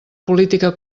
política